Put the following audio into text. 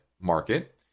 market